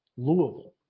louisville